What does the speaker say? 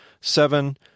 seven